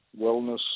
wellness